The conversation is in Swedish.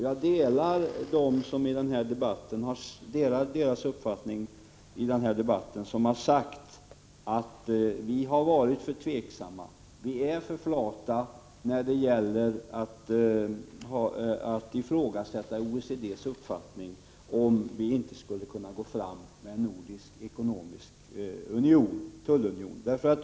Jag delar deras uppfattning som i den här debatten har sagt att vi har varit för tveksamma. Vi är för flata när det gäller att ifrågasätta OECD:s uppfattning att vi inte skulle kunna gå fram med en nordisk ekonomisk tullunion.